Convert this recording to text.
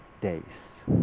days